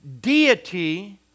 Deity